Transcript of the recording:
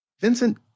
Vincent